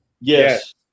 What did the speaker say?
Yes